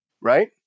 Right